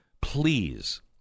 Please